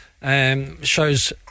Shows